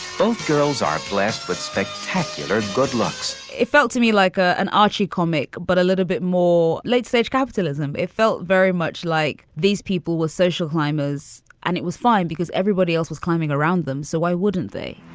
both girls are blessed with spectacular good looks it felt to me like ah an archie comic, but a little bit more late stage capitalism. capitalism. it felt very much like these people were social climbers and it was fine because everybody else was climbing around them. so why wouldn't they?